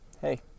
hey